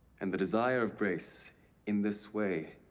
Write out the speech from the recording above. and the desire of grace in this way